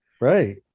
Right